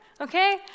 Okay